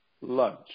lunch